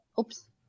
Oops